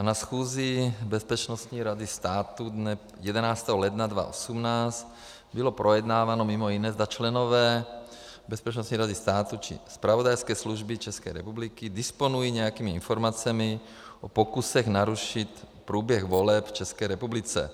Na schůzi Bezpečnostní rady státu dne 11. ledna 2018 bylo projednáváno mimo jiné, zda členové Bezpečnostní rady státu či zpravodajské služby České republiky disponují nějakými informacemi o pokusech narušit průběh voleb v České republice.